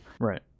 Right